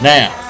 Now